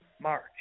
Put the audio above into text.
March